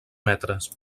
metres